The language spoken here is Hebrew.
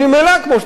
כמו שאתה אמרת,